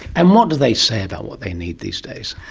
and what do they say about what they need these days?